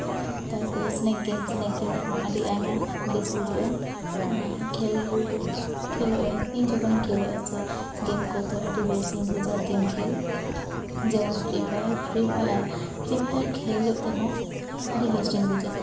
ᱛᱟᱨᱯᱚᱨᱮ snake game snake game ᱨᱮᱦᱚᱸ ᱟᱹᱰᱤ ᱟᱭᱢᱟ ᱵᱮᱥ ᱵᱩᱡᱩᱜᱼᱟ ᱠᱷᱮᱹᱞ ᱠᱷᱮᱞᱳᱜᱼᱟ ᱤᱧ ᱡᱚᱠᱷᱚᱱᱤᱧ ᱠᱷᱮᱹᱞᱳᱜᱼᱟ ᱥᱮ ᱜᱮᱢ ᱠᱚ ᱛᱚ ᱟᱹᱰᱤ ᱵᱮᱥᱤᱧ ᱵᱩᱡᱟ ᱜᱮᱢ ᱠᱷᱮᱹᱞ ᱡᱮᱢᱚᱱ ᱯᱷᱨᱤ ᱯᱷᱟᱭᱟᱨ ᱯᱷᱨᱤ ᱯᱷᱟᱭᱟᱨ ᱠᱷᱮᱹᱞᱳᱜ ᱛᱮᱦᱚᱸ ᱟᱹᱰᱤ ᱵᱮᱥᱴᱤᱧ ᱵᱩᱡᱟ